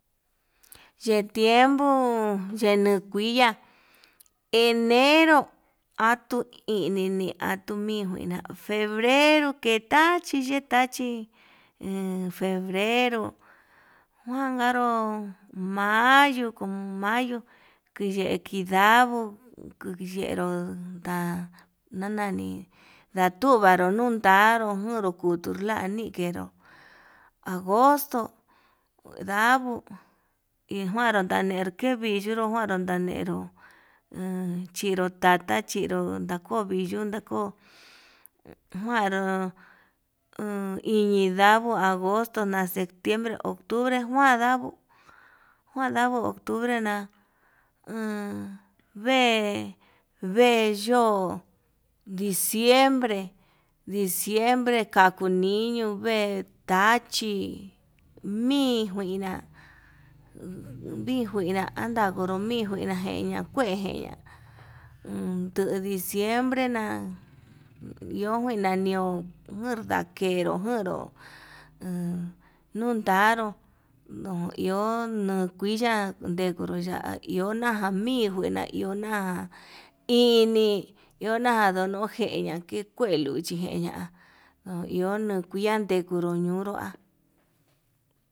Yee tiempo yenuu kuia enero atui inini atui kuina febrero ke tachí ke tachí ne febrero njuankaro, mayu kuumayo kedi kedavuu kukero nda ndanani atunvaru n ru njuru kutuu, lanikeró agosto ndavo ijuanro ndandero nikuitaro njuanro ndandero en chinro tata chinro ndako viyun ndako, njuaru iñi ndavuu agosto ña septiembre, octubre, ndadavo njuan ndavo octubre na emm vee vee yo'ó diciembre, diciembre kakuu niño vee tachi mii njuina andanguoro mii njuina jeña kue jeña uun nduu diciembre na'a iho njuina nio nurdakero njero he nundaru, no iho ndukuiya ndudekuru ihona mii njuina ihona ini ndujana yujeña kue luchi jeña no iho ndukuian tekuru ñunrua.